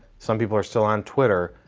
some people are still on twitter,